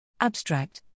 Abstract